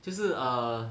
就是 err